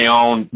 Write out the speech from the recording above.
own